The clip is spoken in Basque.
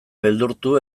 beldurtu